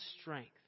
strength